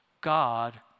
God